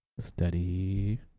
Steady